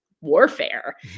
warfare